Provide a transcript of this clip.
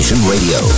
Radio